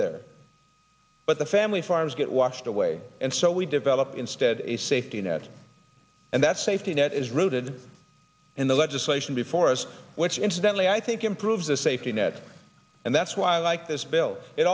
there but the family farms get washed away and so we develop instead a safety net and that safety net is rooted in the legislation before us which incidentally i think improves the safety net and that's why i like this built it